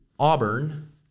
Auburn